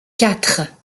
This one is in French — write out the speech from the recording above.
quatre